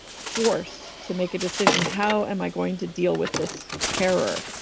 forced to make a decision. how am i going to deal with this terror?